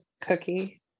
cookie